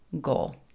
goal